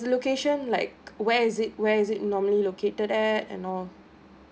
location like where is it where is it normally located at and all